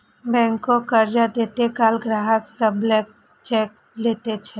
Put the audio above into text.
बैंको कर्ज दैत काल ग्राहक सं ब्लैंक चेक लैत छै